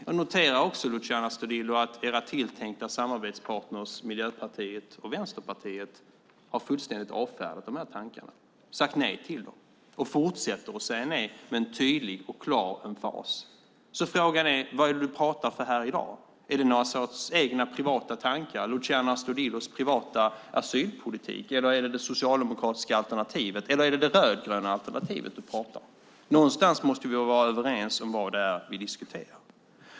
Jag noterar, Luciano Astudillo, att era tilltänkta samarbetspartner, Miljöpartiet och Vänsterpartiet, fullständigt har avfärdat de här tankarna, sagt nej till dem och fortsätter att säga nej, med en tydlig och klar emfas. Frågan är: Vad är det du pratar för i dag? Är det någon sorts egna privata tankar, Luciano Astudillos privata asylpolitik? Eller är detta det socialdemokratiska alternativet eller det rödgröna alternativet du pratar om? Någonstans måste vi vara överens om vad det är vi diskuterar.